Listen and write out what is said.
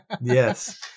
Yes